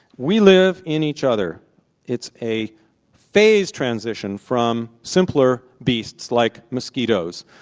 we live in each other it's a phase transition from simpler beasts like mosquitoes,